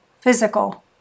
physical